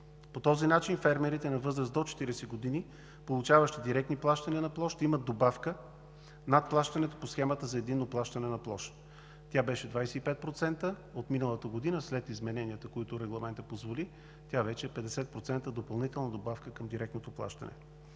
По този начин фермерите на възраст до 40 години, получаващи директни плащания на площ, имат добавка над плащането по схемата за единно плащане на площ. От миналата година тя беше 25%, а след измененията, които Регламентът позволи, допълнителната добавка към директното плащане